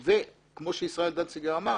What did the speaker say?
וכמו ישראל דנציגר אמר,